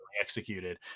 executed